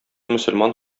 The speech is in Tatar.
мөселман